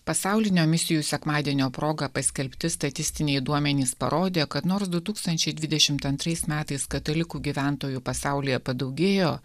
pasaulinio misijų sekmadienio proga paskelbti statistiniai duomenys parodė kad nors du tūkstančiai dvidešimt antrais metais katalikų gyventojų pasaulyje padaugėjo